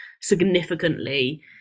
significantly